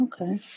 Okay